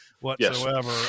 whatsoever